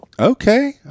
Okay